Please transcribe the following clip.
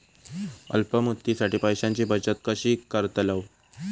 अल्प मुदतीसाठी पैशांची बचत कशी करतलव?